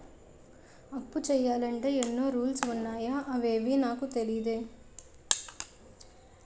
అప్పు చెయ్యాలంటే ఎన్నో రూల్స్ ఉన్నాయా అవేవీ నాకు తెలీదే